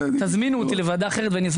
תזמינו אותי לוועדה אחרת ואני אסביר